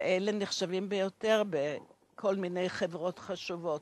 ואלה נחשבים ביותר בכל מיני חברות חשובות.